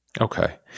Okay